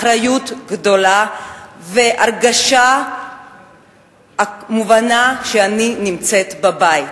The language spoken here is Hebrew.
אחריות גדולה והרגשה מובנת שאני נמצאת בבית.